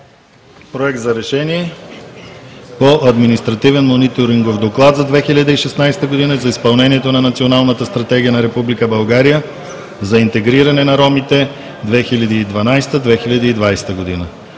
„Проект! РЕШЕНИЕ по Административен мониторингов доклад за 2016 г. за изпълнението на Националната стратегия на Република България за интегриране на ромите (2012 – 2020)